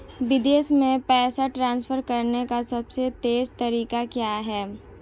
विदेश में पैसा ट्रांसफर करने का सबसे तेज़ तरीका क्या है?